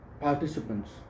participants